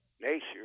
nature